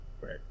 right